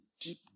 deep